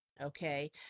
Okay